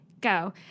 Go